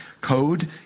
code